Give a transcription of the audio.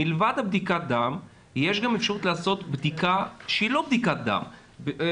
מלבד בדיקת הדם יש גם אפשרות לעשות בדיקה שהיא לא בדיקת דם,